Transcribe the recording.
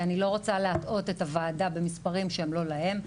כי אני לא רוצה להטעות את הוועדה במספרים שהם לא להם,